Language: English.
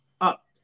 up